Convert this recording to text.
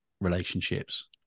relationships